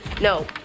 no